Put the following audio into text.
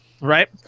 right